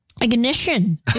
ignition